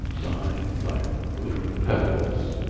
lying, like glittering pebbles,